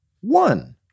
one